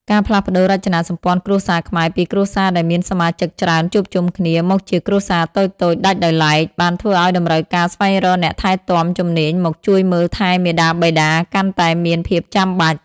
ការផ្លាស់ប្តូររចនាសម្ព័ន្ធគ្រួសារខ្មែរពីគ្រួសារដែលមានសមាជិកច្រើនជួបជុំគ្នា មកជាគ្រួសារតូចៗដាច់ដោយឡែក បានធ្វើឱ្យតម្រូវការស្វែងរកអ្នកថែទាំជំនាញមកជួយមើលថែមាតាបិតាកាន់តែមានភាពចាំបាច់។